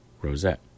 rosette